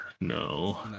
No